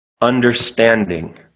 understanding